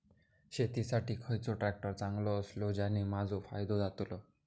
शेती साठी खयचो ट्रॅक्टर चांगलो अस्तलो ज्याने माजो फायदो जातलो?